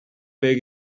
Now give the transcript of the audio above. big